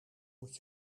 moet